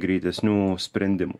greitesnių sprendimų